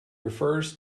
refers